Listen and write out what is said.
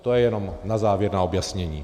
To je jenom na závěr na objasnění.